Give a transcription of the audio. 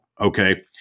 Okay